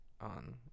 on